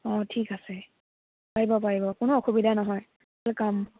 অ' ঠিক আছে পাৰিব পাৰিব কোনো অসুবিধা নহয় ৱেলকাম